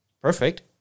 perfect